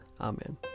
Amen